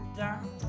down